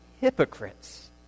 hypocrites